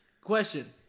Question